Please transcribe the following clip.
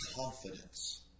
confidence